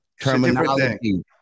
terminology